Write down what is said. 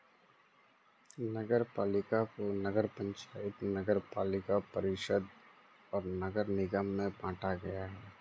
नगरपालिका को नगर पंचायत, नगरपालिका परिषद और नगर निगम में बांटा गया है